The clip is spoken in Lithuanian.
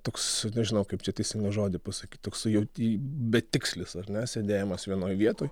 toks nežinau kaip čia teisingą žodį pasakyt toksai jau tie betikslis ar ne sėdėjimas vienoj vietoj